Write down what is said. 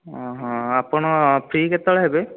ଆପଣ ଫ୍ରି କେତେବେଳେ ହେବେ